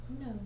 No